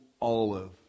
olive